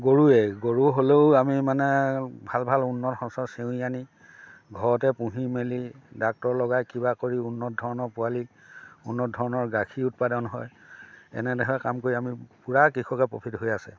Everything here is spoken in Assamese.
গৰুৱেই গৰু হ'লেও আমি মানে ভাল ভাল উন্নত সঁচৰ চেঁউৰি আনি ঘৰতে পুহি মেলি ডাক্তৰ লগাই কিবা কৰি উন্নত ধৰণৰ পোৱালীক উন্নত ধৰণৰ গাখীৰ উৎপাদন হয় এনেদৰে কাম কৰি আমি পুৰা কৃষকে প্ৰফিট হৈ আছে